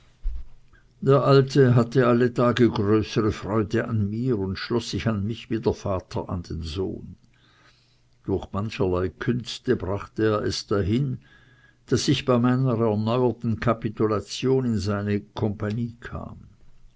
der alte hatte alle tage größere freude an mir und schloß sich an mich wie der vater an den sohn durch mancherlei künste brachte er es dahin daß ich bei meiner erneuerten kapitulation in seine compagnie kam